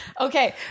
Okay